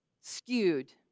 skewed